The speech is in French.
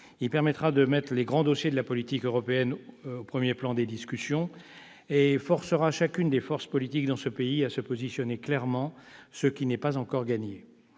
il permettra de mettre les grands dossiers de la politique européenne au premier plan des discussions ; il forcera chacune des forces politiques de ce pays à se positionner clairement, ce qui n'est pas encore gagné